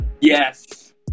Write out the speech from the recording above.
yes